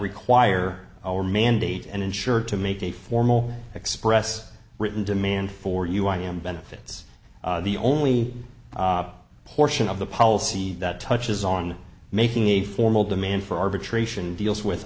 require our mandate and insurer to make a formal express written demand for you i am benefits the only portion of the policy that touches on making a formal demand for arbitration deals with